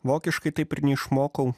vokiškai taip ir neišmokau